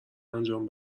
انجام